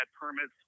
permits